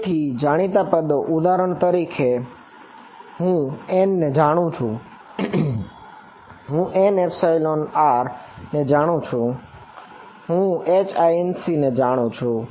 તેથી જાણીતા પદો ઉદાહરણ તરીકે હું n ને જાણું છું હું r ને જાણું છું હું Hinc ને જાણું છું